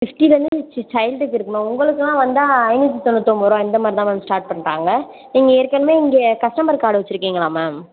சிக்ஸ்டிலந்து சைல்டுக்கு இருக்கு மேம் உங்களுக்குலாம் வந்தா ஐநூற்றி தொண்ணூற்றி ஒம்பதுரூவா இந்தமாரிதான் மேம் ஸ்டார்ட் பண்ட்டாங்க நீங்கள் ஏற்கனவே இங்கே கஸ்டமர் கார்டு வச்சுருக்கீங்களா மேம்